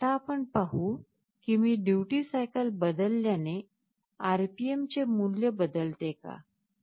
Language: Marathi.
आता आपण पाहू की मी ड्युटी सायकल बदल्याने RPM चे मूल्य बदलते का